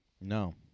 No